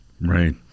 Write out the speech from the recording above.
Right